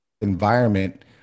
environment